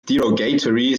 derogatory